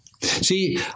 See